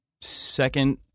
second